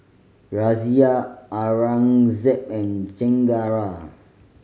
Razia Aurangzeb and Chengara